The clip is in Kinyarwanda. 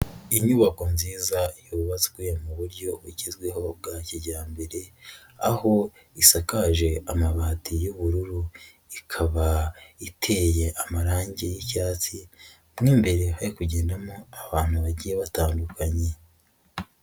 Inyubako nziza yubatswe mu buryo bugezweho bwa kijyambere, aho isakaje amabati y'ubururu, ikaba iteye amarangi y'icyatsi, mo imbere hari kugendamo abantu bagiye batandukanye.